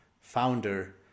founder